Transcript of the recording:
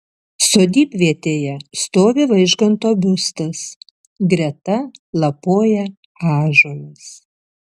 sodybvietėje stovi vaižganto biustas greta lapoja ąžuolas